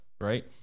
right